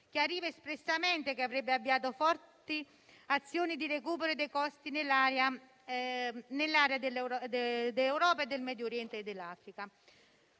chiariva espressamente che avrebbe avviato forti azioni di recupero dei costi nell'area dell'Europa, del Medio Oriente e dell'Africa.